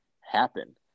happen